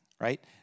right